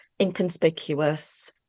inconspicuous